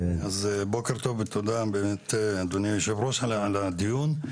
אז בוקר טוב ותודה באמת אדוני יושב הראש על הדיון.